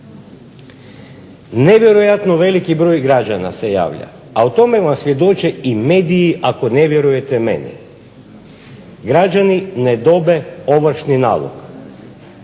Nevjerojatno veliki broj građana se javlja, a o tome vam svjedoče i mediji ako ne vjerujete meni. Građani ne dobiju ovršni nalog,